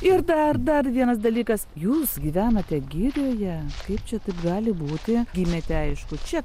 ir dar dar vienas dalykas jūs gyvenate girioje kaip čia taip gali būti gimėte aišku čia